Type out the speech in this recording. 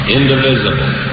indivisible